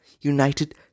united